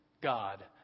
God